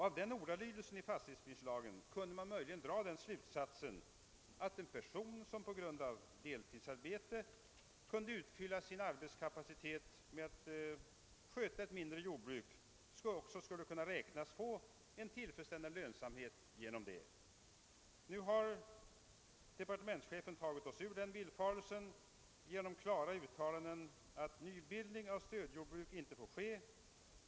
Av ordalydelsen i fastighetsbildningslagen kunde man möjligen dra den slutsatsen att en jordbruksfastighet kan bildas, om en person som på grund av deltidsarbete kan ägna en del av sin arbetskapacitet åt ett mindre jordbruk, kan beräknas erhålla tillfredsställande lönsamhet genom jordbruket. Nu har departementschefen tagit oss ur den villfarelsen genom klara uttalanden, att nybildning av stödjordbruk inte får ske.